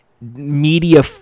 media